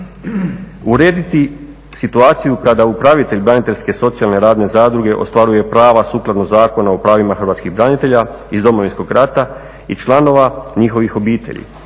Urediti situaciju kada upravitelj braniteljske socijalne radne zadruge ostvaruje prava sukladno Zakonu o pravima hrvatskih branitelja iz Domovinskog rata i članova njihovih obitelji